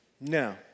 no